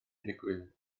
digwydd